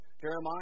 Jeremiah